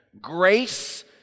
Grace